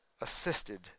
assisted